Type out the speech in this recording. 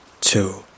two